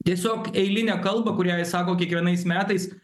tiesiog eilinę kalbą kurią jis sako kiekvienais metais